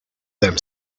them